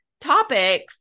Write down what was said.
topic